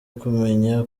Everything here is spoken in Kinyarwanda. kumenya